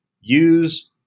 use